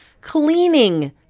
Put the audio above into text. Cleaning